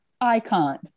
icon